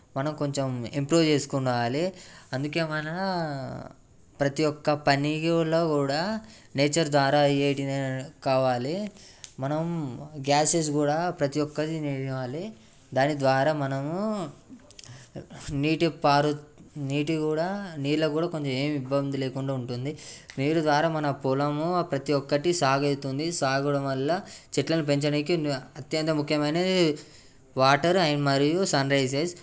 మనం కొంచెం ఇంప్రూవ్ చేసుకోవాలి అందుకే మన ప్రతి ఒక్క పనిలో కూడా నేచర్ ద్వారా అయ్యేటటు కావాలి మనం గ్యాసెస్ కూడా ప్రతి ఒక్కటి వేయాలి దాని ద్వారా మనము నీటి పారు నీటి కూడా నీళ్ళు కూడా కొంచెం ఏం ఇబ్బంది లేకుండా ఉంటుంది నీళ్ళు ద్వారా మన పొలం ప్రతి ఒక్కటి సాగుతుంది సాగడం వల్ల చెట్లను పెంచడానికి అత్యంత ముఖ్యమైనది వాటర్ మరియు సన్ రైసెస్